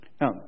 Now